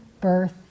birth